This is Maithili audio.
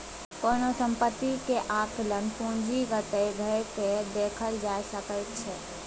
कोनो सम्पत्तीक आंकलन पूंजीगते भए कय देखल जा सकैत छै